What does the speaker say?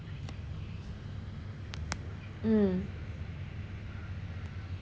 mm